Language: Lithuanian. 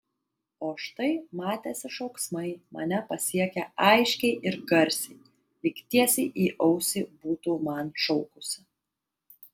o štai matėsi šauksmai mane pasiekė aiškiai ir garsiai lyg tiesiai į ausį būtų man šaukusi